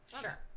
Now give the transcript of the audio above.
Sure